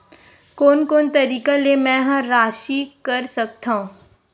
कोन कोन तरीका ले मै ह राशि कर सकथव?